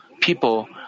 people